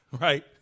right